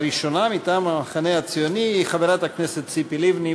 הראשונה מטעם המחנה הציוני היא חברת הכנסת ציפי לבני,